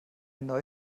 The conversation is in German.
neue